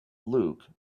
luke